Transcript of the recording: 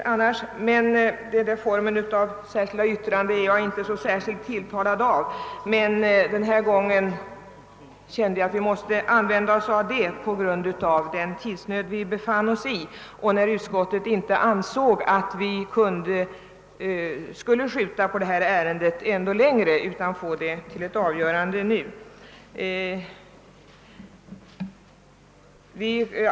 Jag är inte särskild tilltalad av att framföra mina synpunkter i form av ett särskilt yttrande, men denna gång kände jag att vi var tvungna att göra det på grund av den tidsnöd vi befann oss i då utskottet inte borde skjuta upp avgörandet av detta ärende ännu mer.